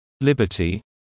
Liberty